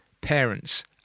Parents